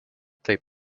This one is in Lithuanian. taip